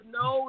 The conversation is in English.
no